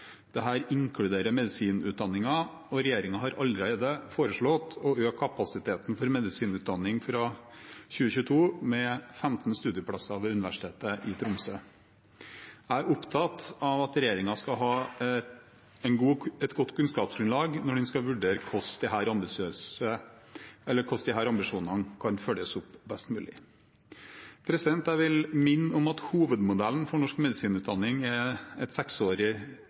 inkluderer medisinutdanning. Regjeringen har allerede foreslått å øke kapasiteten i medisinutdanningen fra 2022 med 15 studieplasser ved Universitetet i Tromsø. Jeg er opptatt av at regjeringen skal ha et godt kunnskapsgrunnlag når den skal vurdere hvordan disse ambisjonene kan følges opp best mulig. Jeg vil minne om at hovedmodellen for norsk medisinutdanning er et seksårig